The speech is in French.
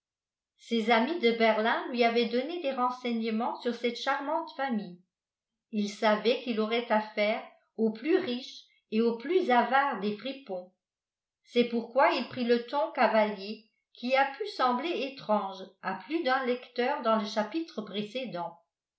ses amis de berlin lui avaient donné des renseignements sur cette charmante famille il savait qu'il aurait affaire au plus riche et au plus avare des fripons c'est pourquoi il prit le ton cavalier qui a pu sembler étrange à plus d'un lecteur dans le chapitre précédent